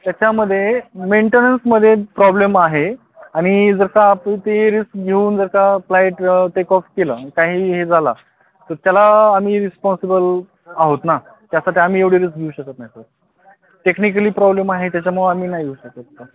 त्याच्यामध्ये मेंटेनन्समध्ये प्रॉब्लेम आहे आणि जर का आपली ते रिस्क घेऊन जर का फ्लाईट टेक ऑफ केलं काही हे झाला तर त्याला आम्ही रिस्पॉन्सिबल आहोत ना त्यासाठी आम्ही एवढी रिस्क घेऊ शकत नाही सर टेक्निकली प्रॉब्लेम आहे त्याच्यामुळं आम्ही नाही घेऊ शकत सर